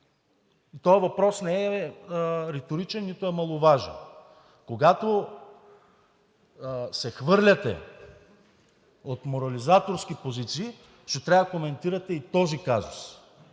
Този въпрос не е риторичен, нито е маловажен. Когато се хвърляте от морализаторски позиции, ще трябва да коментирате и този казус,